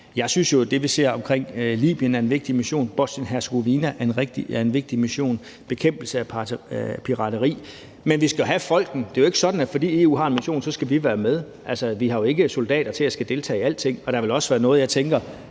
Jeg synes jo, at det, vi ser omkring Libyen, er en vigtig mission. Bosnien-Hercegovina er en vigtig mission, og det er bekæmpelse af pirateri også, men vi skal jo have folkene. Det er ikke sådan, at fordi EU har en mission, skal vi være med. Vi har jo ikke soldater til at deltage i alting, og der vil være noget, som jeg